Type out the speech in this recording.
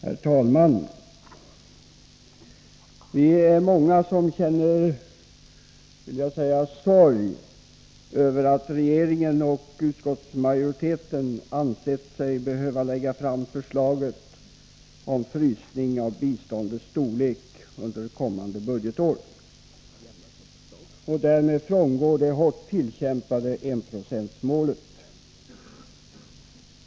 Herr talman! Vi är många som känner sorg över att regeringen och utskottsmajoriteten ansett sig behöva lägga fram förslaget om att man skall frysa biståndets storlek under kommande budgetår och därmed frångå det hårt tillkämpade enprocentsmålet.